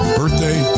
birthday